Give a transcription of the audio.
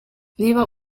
niba